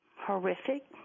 horrific